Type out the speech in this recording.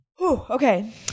Okay